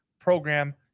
program